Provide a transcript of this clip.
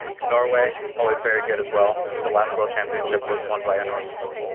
norway always very good as well. the last world championship was won by a norwegian.